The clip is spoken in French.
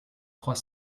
trois